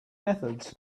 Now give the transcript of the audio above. methods